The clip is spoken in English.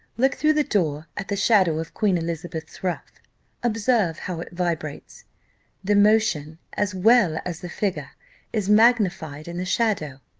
look through the door at the shadow of queen elizabeth's ruff observe how it vibrates the motion as well as the figure is magnified in the shadow.